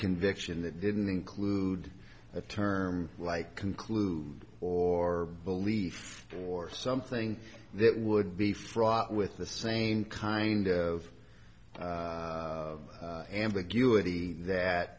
conviction that didn't include a term like conclude or belief or something that would be fraught with the same kind of ambiguity that